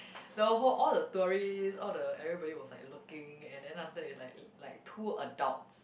the whole all the tourist all the everybody was like looking and then after that it's like like two adults